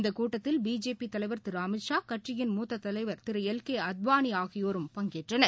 இந்தகூட்டத்தில் பிஜேபி தலைவர் திருஅமித்ஷா கட்சியின் முத்த தலைவர் திருஎல் கேஅத்வானிஆகியோரும் பங்கேற்றனர்